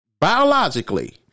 biologically